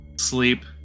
sleep